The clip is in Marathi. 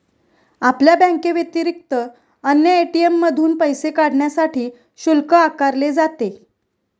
आपल्या बँकेव्यतिरिक्त अन्य ए.टी.एम मधून पैसे काढण्यासाठी शुल्क आकारले जाते